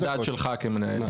זה שיקול הדעת שלך כמנהל הדיון.